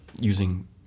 using